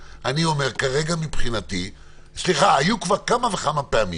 סליחה, היו כבר כמה וכמה פעמים,